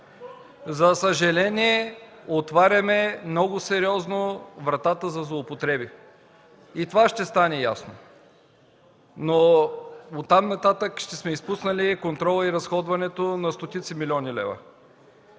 За съжаление, отваряме много сериозно вратата за злоупотреби и това ще стане ясно, но оттам нататък ще сме изпуснали контрола и разходването на стотици милиони лева.